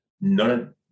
none